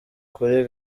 kuri